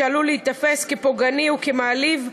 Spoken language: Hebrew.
שעלול להיתפס פוגעני ומעליב,